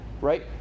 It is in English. right